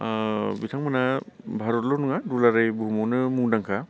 आह बिथांमोनहा भारतल' नङा दुलाराय बुहुमावनो मुंदांखा